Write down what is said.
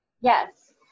Yes